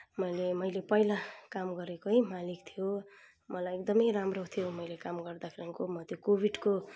मैले मैले पहिला काम गरेकै मालिक थियो मलाई एकदमै राम्रो थियो मैले काम गर्दाखेरि म त्यो कोभिडको